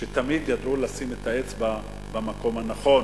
שתמיד ידעו לשים את האצבע במקום הנכון